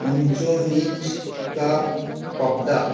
অঞ্চ নিচকা পাবদা